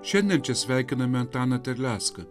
šiandien čia sveikiname antaną terlecką